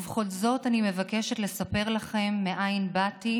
ובכל זאת, אני מבקשת לספר לכם מאין באתי